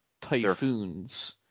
typhoons